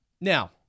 Now